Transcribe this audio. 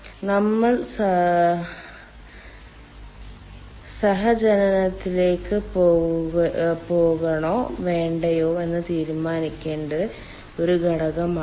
നമ്മൾ സഹജനനത്തിലേക്ക് പോകണോ വേണ്ടയോ എന്ന് തീരുമാനിക്കേണ്ട ഒരു ഘടകമാണിത്